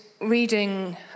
reading